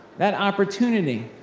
that opportunity.